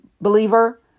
believer